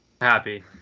Happy